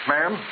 Ma'am